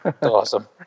Awesome